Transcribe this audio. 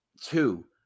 two